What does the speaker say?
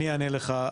אני אענה לך.